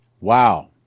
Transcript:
wow